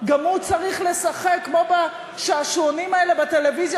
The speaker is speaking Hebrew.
גם הוא צריך לשחק כמו בשעשועונים האלה בטלוויזיה,